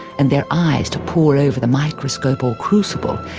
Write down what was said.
and their eyes to pore over the microscope or crucible,